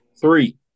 Three